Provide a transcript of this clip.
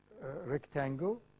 rectangle